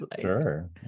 Sure